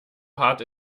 hart